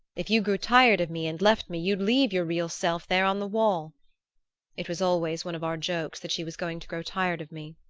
if you grew tired of me and left me you'd leave your real self there on the wall it was always one of our jokes that she was going to grow tired of me